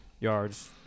yards